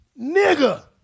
nigga